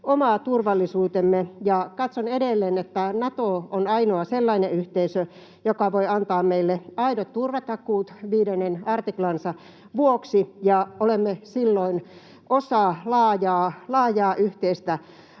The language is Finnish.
oma turvallisuutemme. Ja katson edelleen, että Nato on ainoa sellainen yhteisö, joka voi antaa meille aidot turvatakuut 5 artiklansa vuoksi, ja olemme silloin osa laajaa yhteistä